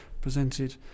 presented